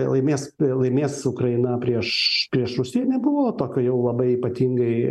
laimės laimės ukraina prieš prieš rusiją nebuvo tokio jau labai ypatingai